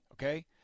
Okay